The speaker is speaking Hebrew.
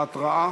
ההתראה?